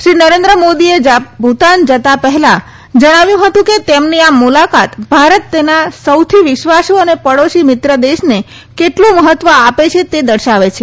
શ્રી નરેન્દ્ર મોદીએ ભૂતાન જતાં પહેલાં જણાવ્યું હતું કે તેમની આ મુલાકાત ભારત તેના સૌથી વિશ્વાસ અને પાડોશી મિત્ર દેશને કેટલું મહત્વ આપે છે તે દર્શાવે છે